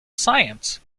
science